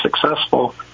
successful